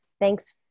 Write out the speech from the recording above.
thanks